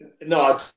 No